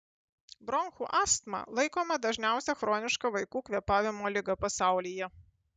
bronchų astma laikoma dažniausia chroniška vaikų kvėpavimo liga pasaulyje